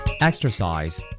Exercise